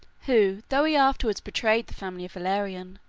who, though he afterwards betrayed the family of valerian,